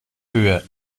höhe